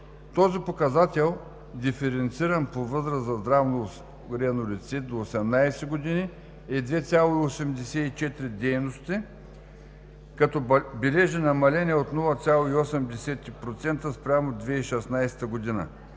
Този показател, диференциран по възраст за здравноосигурено лице до 18 години, е 2,84 дейности, като бележи намаление от 0,8% спрямо 2016 г., а